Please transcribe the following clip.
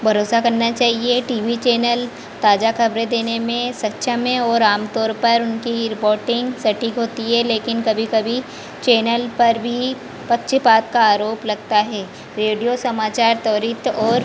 भरोसा करना चाहिए टी वी चेनल ताजा खबरें देने में सक्षम है और आम तौर पर उनकी ही रिपोर्टिंग सटीक होती है लेकिन कभी कभी चेनल पर भी पक्षपात का आरोप लगता हे रेडियो समाचार त्वरित और